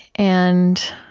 and